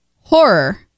horror